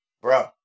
bro